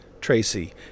Tracy